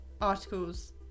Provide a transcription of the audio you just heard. articles